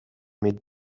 mit